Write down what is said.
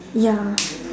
ya